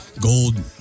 gold